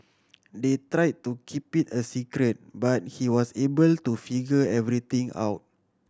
they try to keep it a secret but he was able to figure everything out